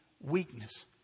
weakness